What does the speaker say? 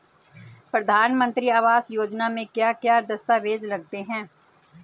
प्रधानमंत्री आवास योजना में क्या क्या दस्तावेज लगते हैं?